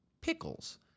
pickles